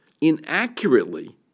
inaccurately